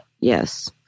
yes